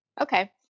Okay